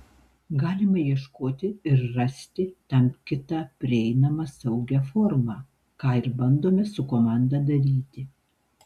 galima ieškoti ir rasti tam kitą prieinamą saugią formą ką ir bandome su komanda daryti